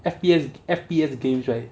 F_P_S F_P_S games right